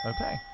Okay